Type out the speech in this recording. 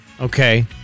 Okay